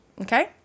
Okay